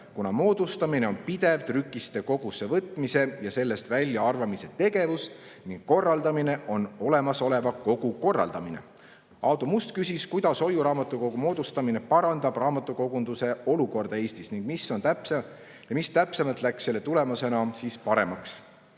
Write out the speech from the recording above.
kuna moodustamine on pidev trükiste kogusse võtmise ja kogust väljaarvamise tegevus, aga korraldamine on olemasoleva kogu korraldamine. Aadu Must küsis, kuidas hoiuraamatukogu moodustamine parandab raamatukogunduse olukorda Eestis ning mis täpsemalt on selle tulemusena paremaks